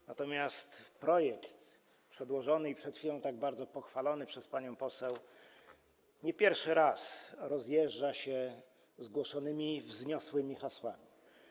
Jednak projekt przedłożony i przed chwilą tak bardzo pochwalony przez panią poseł nie pierwszy raz rozjeżdża się z głoszonymi wzniosłymi hasłami.